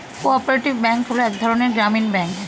co operative bank হলো এক ধরনের গ্রামীণ ব্যাঙ্ক